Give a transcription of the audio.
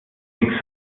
nichts